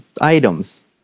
items